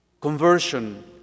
conversion